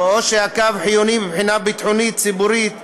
או שהקו חיוני מבחינה ביטחונית ציבורית.